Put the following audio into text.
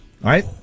right